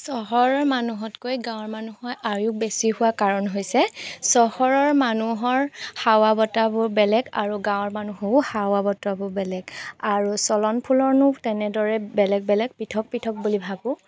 চহৰৰ মানুহতকৈ গাঁৱৰ মানুহৰ আয়ুস বেছি হোৱা কাৰণ হৈছে চহৰৰ মানুহৰ হাৱা বতাবোৰ বেলেগ আৰু গাঁৱৰ মানুহৰো হাৱা বতাবোৰ বেলেগ আৰু চলন ফুৰনো তেনেদৰে বেলেগ বেলেগ পৃথক পৃথক বুলি ভাবোঁ